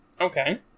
okay